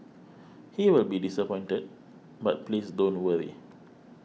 he will be disappointed but please don't worry